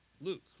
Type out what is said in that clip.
Luke